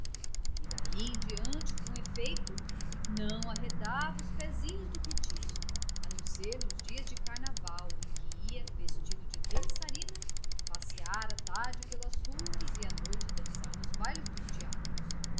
e daí em diante com efeito não arredava os pezinhos do cortiço a não ser nos dias de carnaval em que ia vestido de dançarina passear à tarde pelas ruas e à noite dançar nos bailes dos teatros